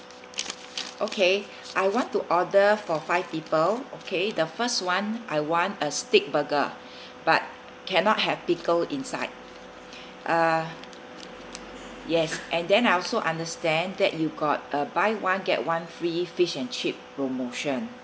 okay I want to order for five people okay the first one I want a steak burger but cannot have pickle inside uh yes and then I also understand that you got a buy one get one free fish and chip promotion